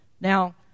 Now